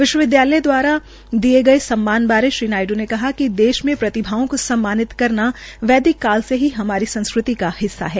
विश्वविद्यालय द्वारा दिए गये सम्मान बारे श्री नायडू ने कहा कि देश मे प्रतिभाओं को सम्मानित कना वैदिक काल से हमारी सांस्कृति का हिस्सा है